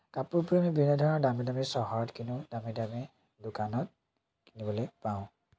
কাপোৰ কানি পিন্ধাবোৰ দামী দামী চহৰত কিনে দামী দামী দোকানত কিনিবলৈ পাওঁ